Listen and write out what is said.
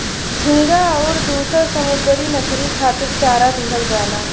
झींगा आउर दुसर समुंदरी मछरी खातिर चारा दिहल जाला